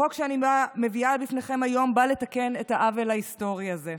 החוק שאני מביאה בפניכם היום בא לתקן את העוול ההיסטורי הזה.